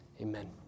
Amen